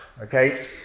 Okay